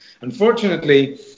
Unfortunately